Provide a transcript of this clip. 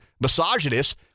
misogynist